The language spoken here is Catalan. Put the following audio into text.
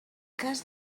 cas